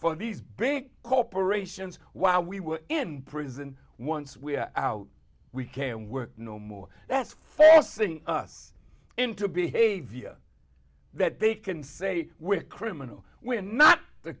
for these big corporations while we were in prison once we are out we can work no more that's forcing us into behavior that they can say we're criminal we're not the